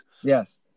Yes